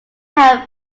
have